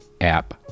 app